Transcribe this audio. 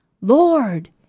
Lord